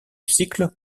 cycle